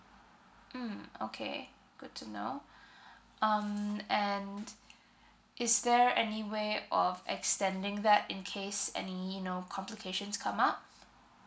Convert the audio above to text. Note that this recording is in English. mm okay good to know um and is there any way of extending that in case any you know complications come up